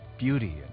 beauty